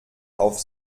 auf